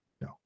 no